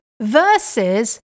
versus